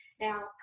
Now